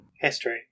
History